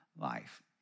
life